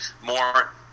more